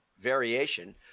variation